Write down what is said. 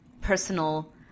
personal